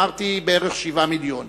אמרתי: בערך 7 מיליון.